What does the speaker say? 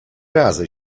razy